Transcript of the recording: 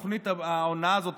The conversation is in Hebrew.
בתוכנית ההונאה הזאת,